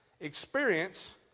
experience